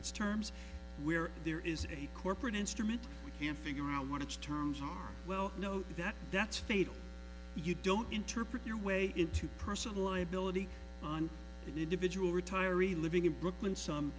its terms where there is a corporate instrument we can figure out what its terms are well know that that's faith you don't interpret your way into personal liability on an individual retiree living in brooklyn some